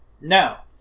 Now